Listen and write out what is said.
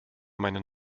meinen